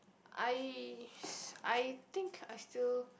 I I think I still